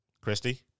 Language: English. Christy